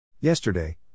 Yesterday